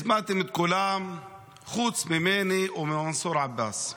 הזמנתם את כולם חוץ ממני וממנסור עבאס.